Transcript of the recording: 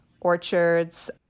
orchards